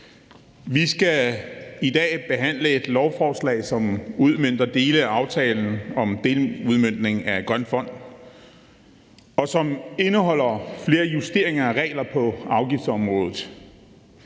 Vi skal i dag behandle et lovforslag, som udmønter dele af aftalen om deludmøntning af Grøn Fond, og som indeholder flere justeringer af regler på afgiftsområdet,